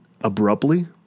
abruptly